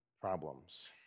problems